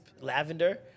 Lavender